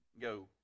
go